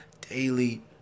daily